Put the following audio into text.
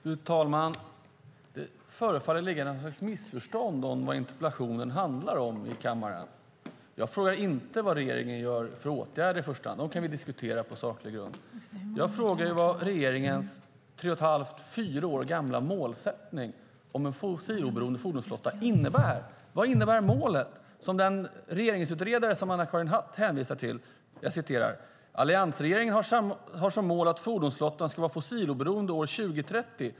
Fru talman! Det förefaller föreligga något slags missförstånd om vad interpellationen i kammaren handlar om. Jag frågar inte vad regeringen vidtar för åtgärder i första hand. Dem kan vi diskutera på saklig grund. Jag frågar vad regeringens tre och ett halvt fyra år gamla målsättning om en fossiloberoende fordonsflotta innebär. Vad innebär målet? Den regeringsutredare som Anna-Karin Hatt hänvisar till säger: "Alliansregeringen har som mål en fossiloberoende fordonsflotta år 2030.